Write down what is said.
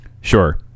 Sure